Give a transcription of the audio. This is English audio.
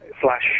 flash